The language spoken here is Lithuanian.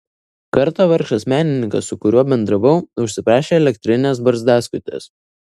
kartą vargšas menininkas su kuriuo bendravau užsiprašė elektrinės barzdaskutės